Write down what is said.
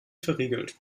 verriegelt